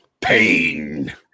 Pain